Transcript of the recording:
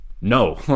no